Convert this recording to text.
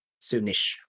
soonish